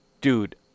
dude